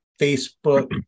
Facebook